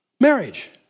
Marriage